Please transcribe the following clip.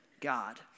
God